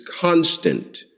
constant